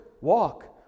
Walk